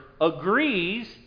agrees